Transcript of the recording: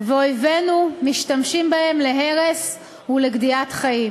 ואויבינו משתמשים בהם להרס ולגדיעת חיים,